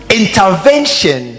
intervention